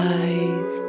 eyes